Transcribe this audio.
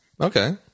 Okay